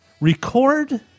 record